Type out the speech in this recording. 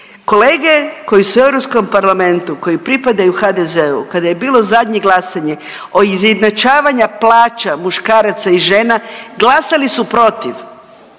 parlamentu koji pripadaju HDZ-u kada je bilo zadnje glasanje o izjednačavanju plaća muškaraca i žena glasali su protiv,